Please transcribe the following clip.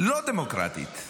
לא דמוקרטית.